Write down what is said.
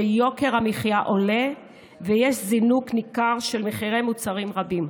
שיוקר המחיה עולה ויש זינוק ניכר במחירי מוצרים רבים.